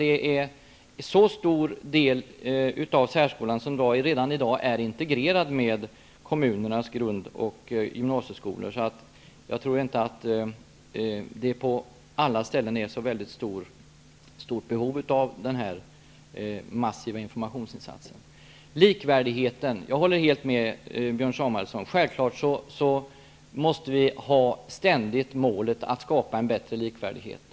En så stor del av särskolan är redan i dag integrerad i kommunernas grund och gymnasieskolor att jag inte tror att det på alla ställen finns så väldigt stort behov av dessa massiva informationsinsatser. Jag håller helt med Björn Samuelson om att vi självklart ständigt måste ha målet att skapa bättre likvärdighet.